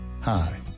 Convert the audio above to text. Hi